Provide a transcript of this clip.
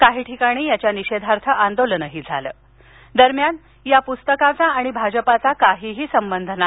काही ठिकाणी याच्या निषेधार्थ आंदोलनही झालं दरम्यान या पुस्तकाचा आणि भाजपाचा काहीही संबंध नाही